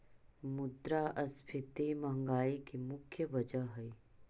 मुद्रास्फीति महंगाई की मुख्य वजह हई